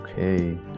Okay